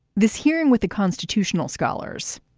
this hearing with the constitutional scholars,